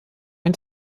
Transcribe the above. ein